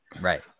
right